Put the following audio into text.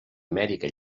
amèrica